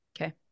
Okay